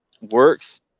works